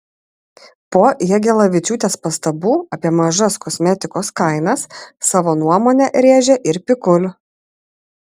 po jagelavičiūtės pastabų apie mažas kosmetikos kainas savo nuomonę rėžė ir pikul